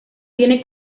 tiene